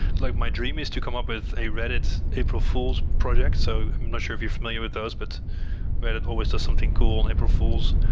like my dream is to come up with a reddit april fool's project, so i'm not sure if you're familiar with those, but reddit always does something cool on and april fool's,